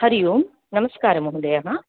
हरिः ओं नमस्कारः महोदय